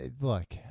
Look